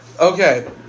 Okay